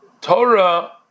Torah